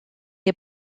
est